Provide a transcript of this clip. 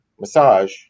massage